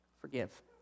forgive